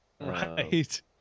Right